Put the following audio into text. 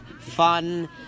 fun